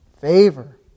favor